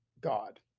God